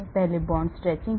पहले bond stretching है